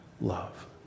love